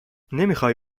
نمیخوای